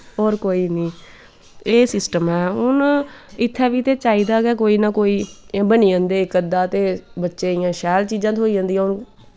होर कोई नी एह् सिस्टम ऐ हून इत्थैं बी ते चाही दा गै कोई ना कोई एह् बनी जंदे इक अध्दा ते बच्चेंई इयां शैल चीजां थ्होई जंदियां हून